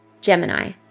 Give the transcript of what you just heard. Gemini